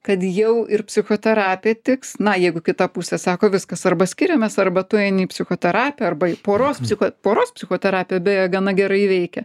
kad jau ir psichoterapija tiks na jeigu kita pusė sako viskas arba skiriamės arba tu eini į psichoterapiją arba poros psicho poros psichoterapija beje gana gerai veikia